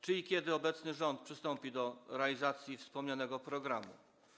Czy i kiedy obecny rząd przystąpi do realizacji wspomnianego programu?